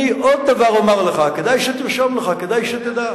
אני אומר לך עוד דבר, וכדאי שתרשום לך וכדאי שתדע.